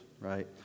right